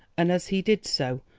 and as he did so,